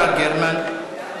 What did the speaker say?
היושב-ראש.